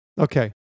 Okay